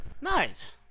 nice